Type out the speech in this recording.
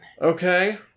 Okay